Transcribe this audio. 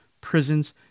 prisons